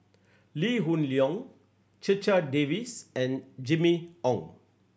Lee Hoon Leong Checha Davies and Jimmy Ong